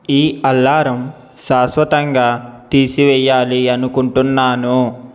ఈ అలారం శాశ్వతంగా తీసివేయాలి అనుకుంటున్నాను